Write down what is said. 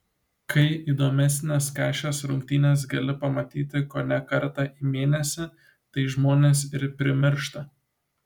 kai įdomesnes kašės rungtynes gali pamatyti kone kartą į mėnesį tai žmonės ir primiršta